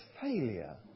failure